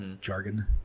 jargon